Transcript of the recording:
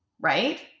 right